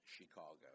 Chicago